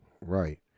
Right